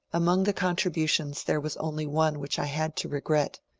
among the contributions there was only one which i had to regret,